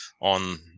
on